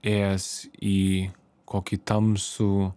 ėjęs į kokį tamsų